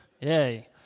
Yay